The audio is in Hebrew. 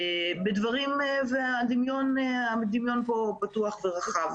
בדברים, והדמיון פה פתוח ורחב.